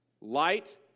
light